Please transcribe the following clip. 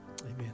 Amen